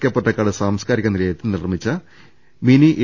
K Pottekkatt സാംസ്കാരിക നില യത്തിൽ നിർമിച്ച മിനി എ